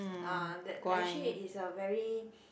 ah that actually it's a very